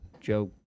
Joe